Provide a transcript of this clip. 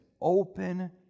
open